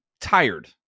tired